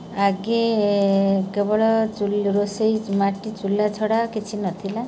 ଆଗେ କେବଳ ରୋଷେଇ ମାଟି ଚୁଲା ଛଡ଼ା କିଛି ନଥିଲା